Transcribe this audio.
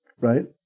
right